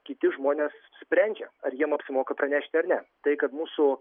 kiti žmonės sprendžia ar jiem apsimoka pranešti ar ne tai kad mūsų